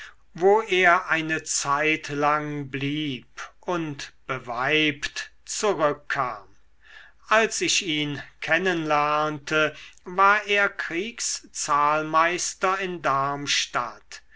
wo er eine zeitlang blieb und beweibt zurückkam als ich ihn kennen lernte war er kriegszahlmeister in darmstadt